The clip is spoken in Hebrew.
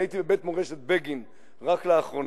אני הייתי בבית מורשת בגין רק לאחרונה,